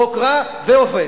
חוק רע, ועובר.